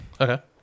Okay